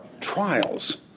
trials